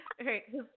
Okay